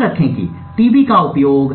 याद रखें कि tB का उपयोग